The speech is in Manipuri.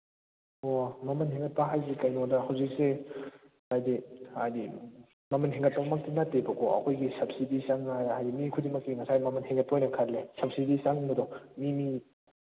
ꯑꯣ ꯃꯃꯟ ꯍꯦꯟꯒꯠꯄ ꯍꯥꯏꯁꯦ ꯀꯩꯅꯣꯗ ꯍꯧꯖꯤꯛꯁꯤ ꯍꯥꯏꯗꯤ ꯍꯥꯏꯗꯤ ꯃꯃꯟ ꯍꯦꯟꯒꯠꯄꯃꯛꯇꯤ ꯅꯠꯇꯦꯕꯀꯣ ꯑꯩꯈꯣꯏꯒꯤ ꯁꯕꯁꯤꯗꯤ ꯆꯪꯉꯒ ꯍꯥꯏꯗꯤ ꯃꯤ ꯈꯨꯗꯤꯡꯃꯛꯀꯤ ꯉꯁꯥꯏ ꯃꯃꯟ ꯍꯦꯟꯒꯠꯄꯣꯏꯅ ꯁꯕꯖꯤꯗꯤ ꯆꯪꯕꯗꯣ ꯃꯤ ꯃꯤ